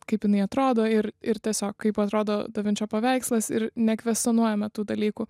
kaip jinai atrodo ir ir tiesiog kaip atrodo da vinčio paveikslas ir nekvestionuojame tų dalykų